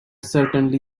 certainly